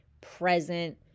present